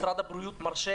משרד הבריאות מרשה